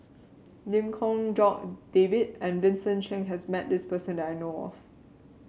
Lim Kong Jock David and Vincent Cheng has met this person that I know of